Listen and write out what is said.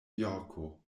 jorko